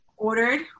Ordered